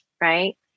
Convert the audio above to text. right